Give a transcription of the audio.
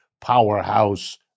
powerhouse